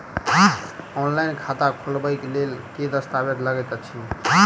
Online खाता खोलबय लेल केँ दस्तावेज लागति अछि?